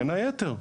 בין היתר.